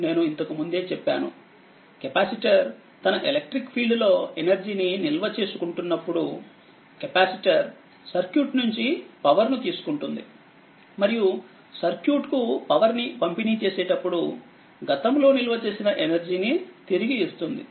నేను ఇంతకు ముందే చెప్పానుకెపాసిటర్తన ఎలక్ట్రిక్ ఫీల్డ్లో ఎనర్జీ ని నిల్వ చేసుకుంటునప్పుడు కెపాసిటర్ సర్క్యూట్ నుంచి పవర్ ను తీసుకుంటుంది మరియు సర్క్యూట్కు పవర్ ని పంపిణీ చేసేటప్పుడుగతంలోనిల్వ చేసిన ఎనర్జీనితిరిగి ఇస్తుంది